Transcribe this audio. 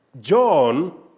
John